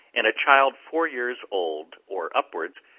and a child four years old or upwards,